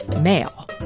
male